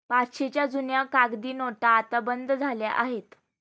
पाचशेच्या जुन्या कागदी नोटा आता बंद झाल्या आहेत